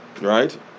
right